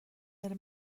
داره